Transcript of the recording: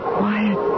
quiet